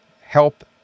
help